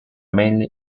mainly